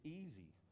easy